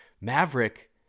Maverick